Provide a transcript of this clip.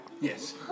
Yes